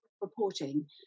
reporting